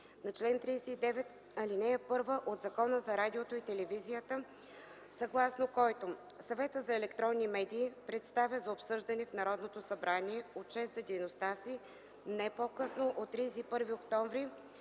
на чл. 39, ал. 1 от Закона за радиото и телевизията, съгласно който „Съветът за електронни медии представя за обсъждане в Народното събрание отчет за дейността си не по-късно от 31 октомври